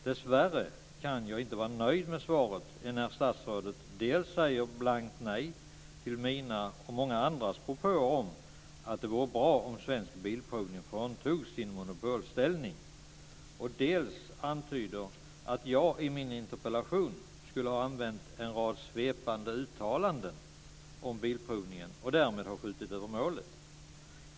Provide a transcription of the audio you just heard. Dessvärre kan jag inte vara nöjd med svaret, enär statsrådet dels säger blankt nej till mina och många andras propåer om att det vore bra om Svensk Bilprovning fråntogs sin monopolställning, dels antyder att jag i min interpellation skulle ha använt en rad svepande uttalanden om Bilprovningen och därmed ha skjutit över målet.